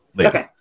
Okay